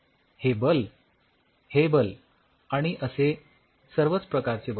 हे बल हे बल आणि असे सर्वच प्रकारचे बल